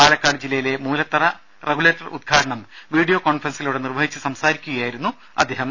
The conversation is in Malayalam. പാലക്കാട് ജില്ലയിലെ മൂലത്തറ റെഗുലേറ്റർ ഉദ്ഘാടനം വീഡിയോ കോൺഫറൻസിലൂടെ നിർവഹിച്ച് സംസാരിക്കുകയായിരുന്നു മുഖ്യമന്ത്രി